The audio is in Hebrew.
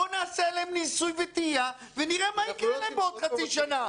בואו נעשה עליהם ניסוי וטעייה ונראה מה יקרה להם בעוד חצי שנה.